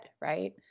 right